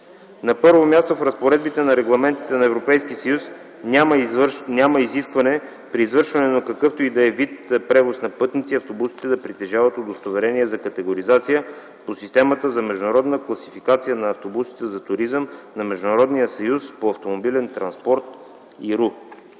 На първо място, в разпоредбите на регламентите на Европейския съюз няма изискване при извършване на какъвто и да е вид превоз на пътници, автобусите да притежават удостоверение за категоризация по системата за международна класификация на автобусите за туризъм на Международния съюз по автомобилен транспорт – IRU.